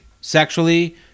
Sexually